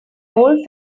old